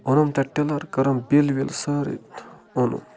اوٚنُم تَتہِ ٹِلَر کٔرٕم بِل وِل سٲرٕے تہٕ اوٚنُم